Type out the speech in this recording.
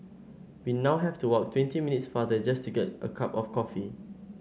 we now have to walk twenty minutes farther just to get a cup of coffee